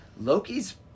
Loki's